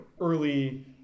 early